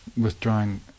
withdrawing